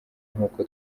nk’uko